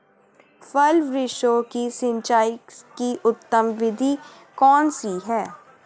फल वृक्षों की सिंचाई की उत्तम विधि कौन सी है?